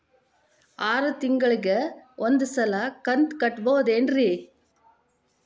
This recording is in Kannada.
ಆರ ತಿಂಗಳಿಗ ಒಂದ್ ಸಲ ಕಂತ ಕಟ್ಟಬಹುದೇನ್ರಿ?